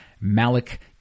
Malik